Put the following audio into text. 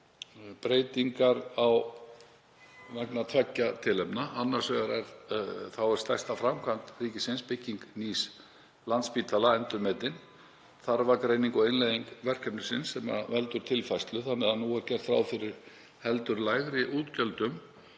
breytingar vegna tveggja tilefna. Annars vegar er stærsta framkvæmd ríkisins, bygging nýs Landspítala, endurmetin. Þarfagreining og innleiðing verkefnisins veldur tilfærslu þannig að nú er gert ráð fyrir heldur lægri útgjöldum